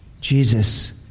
Jesus